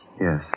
Yes